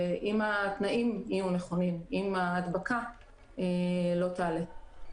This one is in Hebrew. אם התנאים יהיו נכונים, אם ההדבקה לא תעלה.